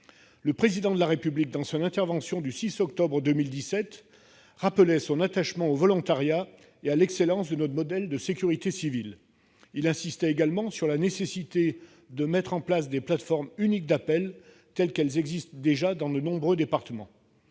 Le Président de la République, dans son intervention du 6 octobre 2017, rappelait son attachement au volontariat et à l'excellence de notre modèle de sécurité civile. Il insistait également sur la nécessité de « mettre en place des plateformes uniques d'appels telles qu'elles existent déjà dans de nombreux départements